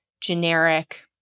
generic